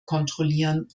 kontrollieren